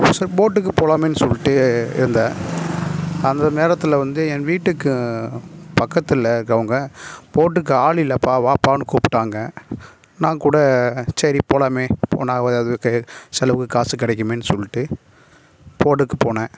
sir போட்டுக்கு போகலாமேன் சொல்லிட்டு இருந்தேன் அந்த நேரத்தில் வந்து என் வீட்டுக்கு பக்கத்தில் இருக்கறவங்க போட்டுக்கு ஆள் இல்லைப்பா வாப்பானு கூப்பிட்டாங்க நான் கூட சரி போகலாமே போனால் எதாதுகே செலவுக்கு காசு கிடக்குமேனு சொல்லிட்டு போட்டுக்கு போனேன்